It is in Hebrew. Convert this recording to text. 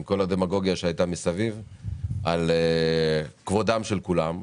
עם כל הדמגוגיה שהייתה מסביב, על כבודם של כולם.